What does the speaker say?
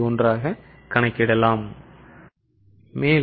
1 ஆக கணக்கிடலாம்